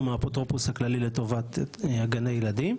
מהאפוטרופוס הכללי לטובת גני הילדים,